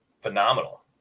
phenomenal